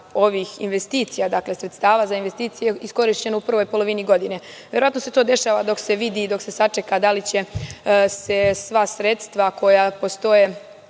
ovih investicija, sredstava za investicije, iskorišćeni u prvoj polovini godine. Verovatno se to dešava dok se vidi i dok se sačeka da li će se sva sredstva koja postoje